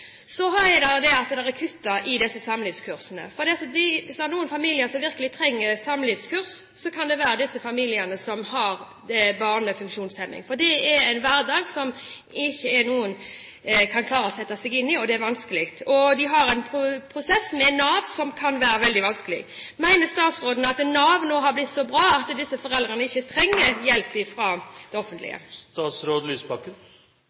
Så er det kuttet i samlivskursene. Er det noen familier som virkelig trenger samlivskurs, er det familier som har barn med funksjonshemninger. Det er en hverdag som ingen kan klare å sette seg inn i, og det er vanskelig. De har en prosess med Nav som kan være veldig vanskelig. Mener statsråden at Nav nå har blitt så bra at disse foreldrene ikke trenger hjelp fra det